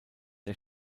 der